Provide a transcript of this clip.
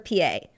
PA